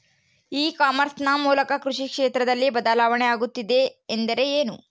E commerce ನ ಮೂಲಕ ಕೃಷಿ ಕ್ಷೇತ್ರದಲ್ಲಿ ಬದಲಾವಣೆ ಆಗುತ್ತಿದೆ ಎಂದರೆ ಏನು?